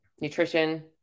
nutrition